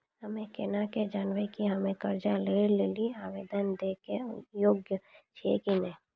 हम्मे केना के जानबै कि हम्मे कर्जा लै लेली आवेदन दै के योग्य छियै कि नै?